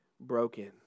broken